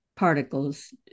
particles